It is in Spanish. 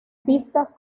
pistas